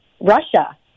Russia